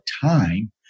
time